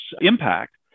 impact